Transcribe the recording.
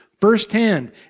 firsthand